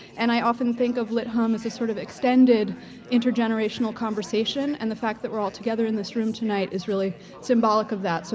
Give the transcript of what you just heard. and i often think of lit hum as a sort of extended inter-generational conversation and the fact that we're all together in this room tonight is really symbolic of that. so